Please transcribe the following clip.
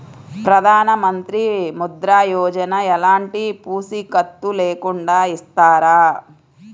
ప్రధానమంత్రి ముద్ర యోజన ఎలాంటి పూసికత్తు లేకుండా ఇస్తారా?